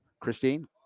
Christine